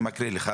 אני מקריא לך.